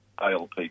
ALP